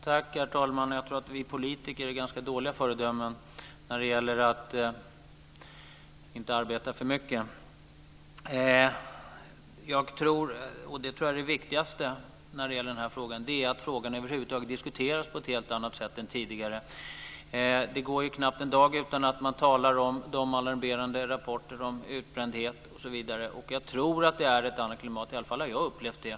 Herr talman! Jag tror att vi politiker är ganska dåliga föredömen när det gäller att inte arbeta för mycket. Det viktigaste när det gäller den här frågan tror jag är att frågan över huvud taget diskuteras på ett helt annat sätt än tidigare. Det går ju knappt en dag utan att man talar om alarmerande rapporter om utbrändhet. Jag tror att det är ett annat klimat. I alla fall har jag upplevt det.